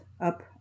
up